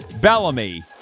Bellamy